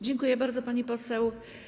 Dziękuję bardzo, pani poseł.